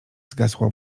zgasła